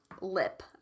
lip